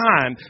Time